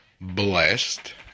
Blessed